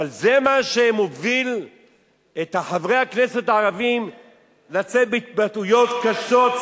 אבל זה מה שמוביל את חברי הכנסת הערבים לצאת בהתבטאויות קשות,